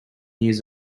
years